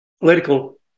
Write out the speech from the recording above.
political